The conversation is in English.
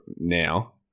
now